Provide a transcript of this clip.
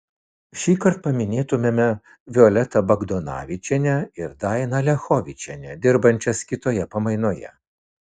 šįkart paminėtumėme violetą bagdonavičienę ir dainą liachovičienę dirbančias kitoje pamainoje